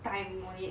time on it